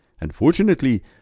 Unfortunately